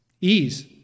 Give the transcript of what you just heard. ease